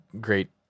great